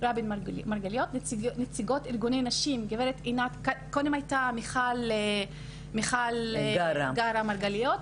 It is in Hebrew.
נציגות ארגוני נשים: קודם הייתה מיכל גרא מרגליות,